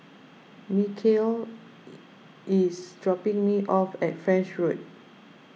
Michale is dropping me off at French Road